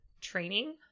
training